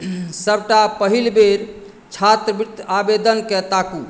सभटा पहिल बेर छात्रवृत्ति आवेदनकेँ ताकू